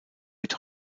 wird